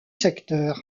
secteur